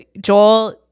Joel